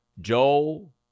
Joel